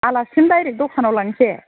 आलासिखौनो direct दखानाव लांसै